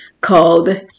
called